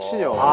you